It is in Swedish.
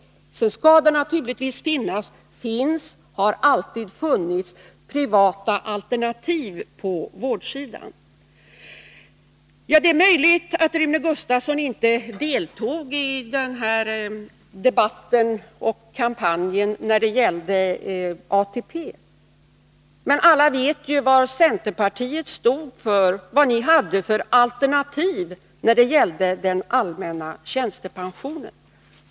Därutöver skall det naturligtvis finnas — har alltid funnits och finns — privata alternativ på vårdsidan. Det är möjligt att Rune Gustavsson inte deltog i debatten och kampanjen när det gällde ATP. Men alla vet ju vad centerpartiet stod för och vad ni hade för alternativ i fråga om den allmänna tjänstepensionen.